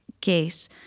case